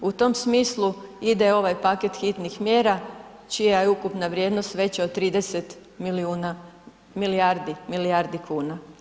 U tom smislu ide ovaj paket hitnih mjera čija je ukupna vrijednost veća od 30 milijuna, milijardi, milijardi kuna.